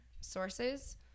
sources